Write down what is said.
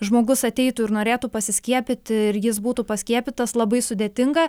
žmogus ateitų ir norėtų pasiskiepyti ir jis būtų paskiepytas labai sudėtinga